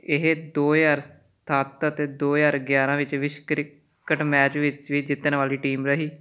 ਇਹ ਦੋ ਹਜ਼ਾਰ ਸੱਤ ਅਤੇ ਦੋ ਹਜ਼ਾਰ ਗਿਆਰਾਂ ਵਿੱਚ ਵਿਸ ਕ੍ਰਿਕਟ ਮੈਚ ਵਿੱਚ ਵੀ ਜਿੱਤਣ ਵਾਲੀ ਟੀਮ ਰਹੀ